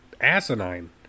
asinine